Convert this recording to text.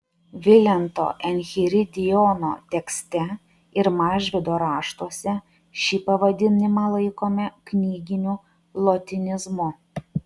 vilento enchiridiono tekste ir mažvydo raštuose šį pavadinimą laikome knyginiu lotynizmu